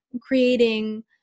creating